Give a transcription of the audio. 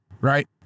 right